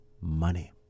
money